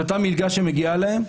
את המלגה שמגיעה להם.